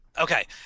Okay